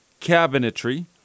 Cabinetry